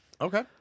Okay